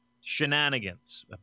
shenanigans